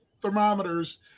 thermometers